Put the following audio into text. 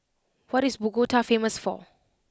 what is Bogota famous for